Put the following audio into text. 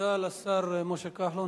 תודה לשר משה כחלון,